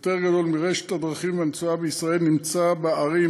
יותר גדול מרשת הדרכים והנסועה בישראל נמצא בערים,